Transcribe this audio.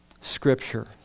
scripture